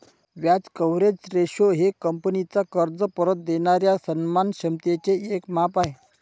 व्याज coverage ratio हे कंपनीचा कर्ज परत देणाऱ्या सन्मान क्षमतेचे एक माप आहे